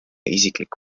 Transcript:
isiklik